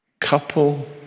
couple